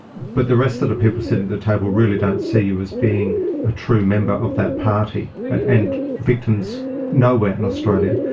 but the rest of the people sitting at the table really don't see you as being a true member of that party, and victims nowhere in australia,